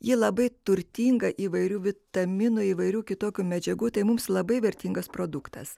ji labai turtinga įvairių vitaminų įvairių kitokių medžiagų tai mums labai vertingas produktas